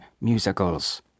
musicals